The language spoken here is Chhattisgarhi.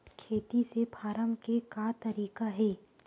खेती से फारम के का तरीका हे?